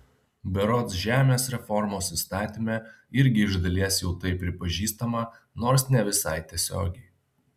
berods žemės reformos įstatyme irgi iš dalies jau tai pripažįstama nors ne visai tiesiogiai